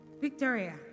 Victoria